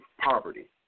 poverty